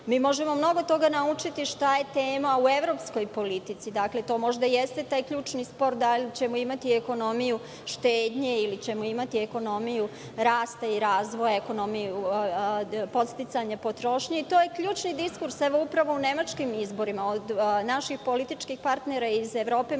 Srbiji. Možemo mnogo toga naučiti šta je tema u evropskoj politici. To možda jeste taj ključni spor da li ćemo imati ekonomiju štednje ili ćemo imati ekonomiju rasta i razvoja ili ekonomiju podsticanja potrošnje, i to je ključni diskurs upravo u nemačkim izborima, od naših političkih partnera iz Evrope